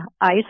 ice